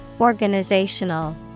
Organizational